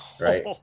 right